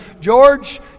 George